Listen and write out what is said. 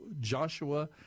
Joshua